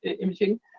imaging